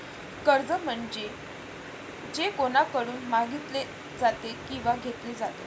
कर्ज म्हणजे जे कोणाकडून मागितले जाते किंवा घेतले जाते